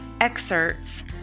excerpts